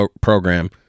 program